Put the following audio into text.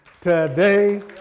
today